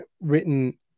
written